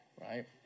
right